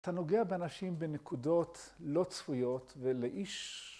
‫אתה נוגע באנשים בנקודות ‫לא צפויות ולאיש